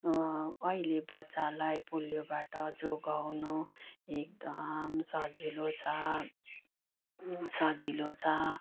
अहिले बच्चालाई पोलियोबाट जोगाउनु एकदम सजिलो छ सजिलो छ